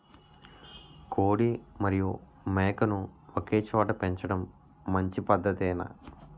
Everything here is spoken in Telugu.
కోడి మరియు మేక ను ఒకేచోట పెంచడం మంచి పద్ధతేనా?